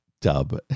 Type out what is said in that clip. dub